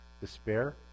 despair